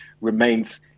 remains